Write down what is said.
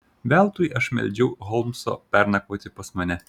veltui aš meldžiau holmso pernakvoti pas mane